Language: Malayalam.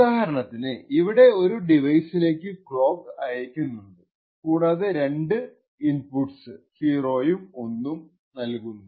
ഉദാഹരണത്തിന് ഇവിടെ ഈ ഡിവൈസിലേക്കു ക്ലോക്ക് അയക്കുന്നുണ്ട് കൂടാതെ രണ്ടു ഇൻപുട്ട്സ് 0 ഉം 1 ഉം ഉണ്ട്